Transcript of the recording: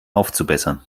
aufzubessern